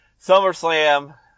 SummerSlam